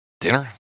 dinner